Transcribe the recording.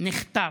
נחטף,